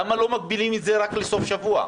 למה לא מגבילים את זה רק לסוף שבוע?